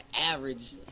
average